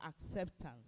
acceptance